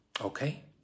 Okay